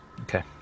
Okay